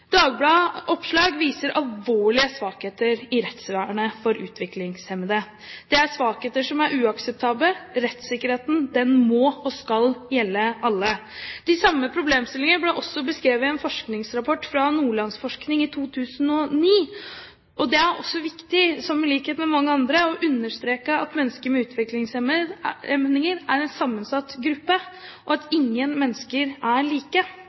oppslag viser alvorlige svakheter i rettsvernet for utviklingshemmede. Dette er svakheter som er uakseptable. Rettssikkerheten må og skal gjelde for alle. De samme problemstillinger ble beskrevet i en forskningsrapport fra Nordlandsforskning i 2009. Det er viktig å understreke – i likhet med mange andre – at mennesker med utviklingshemninger er en sammensatt gruppe, og at ingen mennesker er like.